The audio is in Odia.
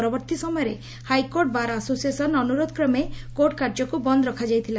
ପରବର୍ଉୀ ସମୟରେ ହାଇକୋର୍ଟ ବାର୍ ଆସୋସିଏସନ୍ ଅନୁରୋଧକ୍ରମେ କୋର୍ଟ କାର୍ଯ୍ୟକୁ ବନ୍ଦ ରଖାଯାଇଥିଲା